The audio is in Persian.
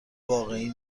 واقعی